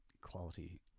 quality